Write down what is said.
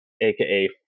AKA